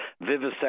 vivisection